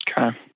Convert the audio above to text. Okay